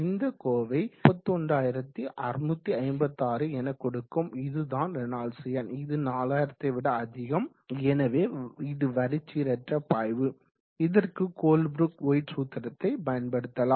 இந்த கோவை 41656 எனக்கொடுக்கும் இதுதான் ரேனால்ட்ஸ் எண் இது 4000 விட அதிகம் எனவே இது வரிச்சீரற்ற பாய்வாகும் இதற்கு கோல்ப்ரூக் ஒயிட் சூத்திரத்தை பயன்படுத்தலாம்